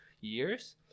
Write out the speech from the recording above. years